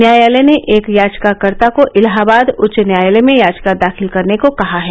न्यायालय ने एक याचिकाकर्ता को इलाहाबाद उच्च न्यायालय में याचिका दाखिल करने को कहा है